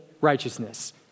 righteousness